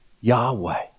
Yahweh